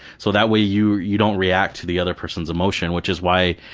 so that way you you don't react to the other person's emotion, which is why,